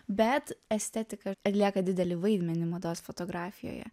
bet estetika atlieka didelį vaidmenį mados fotografijoje